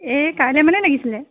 এই কাইলৈ মানে লাগিছিলে